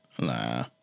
Nah